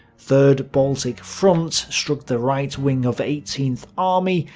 third baltic front struck the right-wing of eighteenth army,